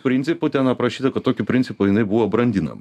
principu ten aprašyta kad tokiu principu jinai buvo brandinama